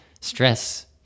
stress